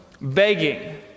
begging